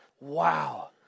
wow